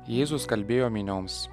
jėzus kalbėjo minioms